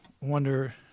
wonder